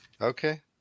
Okay